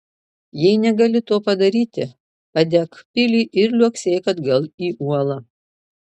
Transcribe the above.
jei negali to padaryti padek pilį ir liuoksėk atgal į uolą